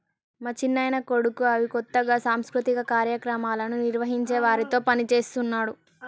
మా చిన్నాయన కొడుకు అవి కొత్తగా సాంస్కృతిక కార్యక్రమాలను నిర్వహించే వారితో పనిచేస్తున్నాడు